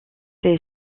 ses